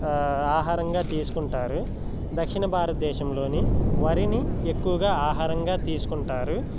ఆహారంగా తీసుకుంటారు దక్షిణ భారతదేశంలోని వరిని ఎక్కువగా ఆహారంగా తీసుకుంటారు